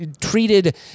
treated